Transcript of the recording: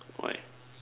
why